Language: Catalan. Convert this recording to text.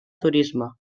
turisme